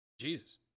Jesus